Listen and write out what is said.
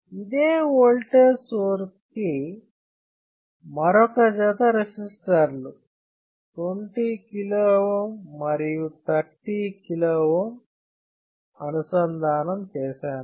ఇదే voltage source కి మరొక జత రెసిస్టర్ లు 20 KΩ మరియు 30 KΩ అనుసంధానం చేశాను